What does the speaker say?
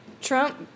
trump